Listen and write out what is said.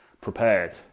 prepared